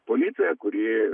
policiją kuri